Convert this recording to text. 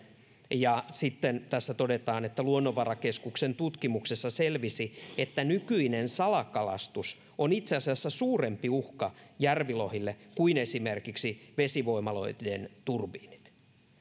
ja sitten tässä todetaan että luonnonvarakeskuksen tutkimuksessa selvisi että nykyinen salakalastus on itse asiassa suurempi uhka järvilohille kuin esimerkiksi vesivoimaloiden turbiinit